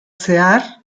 zehar